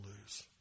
lose